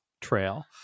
trail